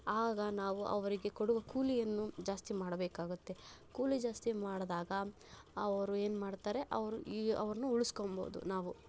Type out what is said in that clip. ಆಗ ನಾವು ಅವರಿಗೆ ಕೊಡುವ ಕೂಲಿಯನ್ನು ಜಾಸ್ತಿ ಮಾಡಬೇಕಾಗುತ್ತೆ ಕೂಲಿ ಜಾಸ್ತಿ ಮಾಡಿದಾಗ ಅವರು ಏನು ಮಾಡ್ತಾರೆ ಅವರು ಈ ಅವರನ್ನು ಉಳಿಸ್ಕೋಬಹುದು ನಾವು